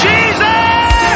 Jesus